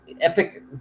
epic